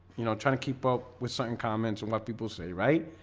you know trying to keep up with certain comments and what people say, right?